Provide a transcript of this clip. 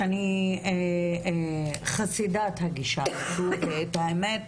שאני חסידת הגישה הזו ואת האמת,